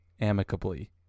amicably